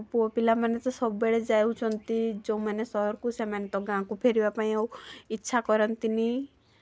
ଆଉ ପୁଅ ପିଲାମାନେ ତ ସବୁବେଳେ ଯାଉଛନ୍ତି ଯେଉଁମାନେ ସହରକୁ ସେମାନେ ତ ଗାଁକୁ ଫେରିବା ପାଇଁ ଆଉ ଇଚ୍ଛା କରନ୍ତିନି